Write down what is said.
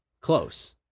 close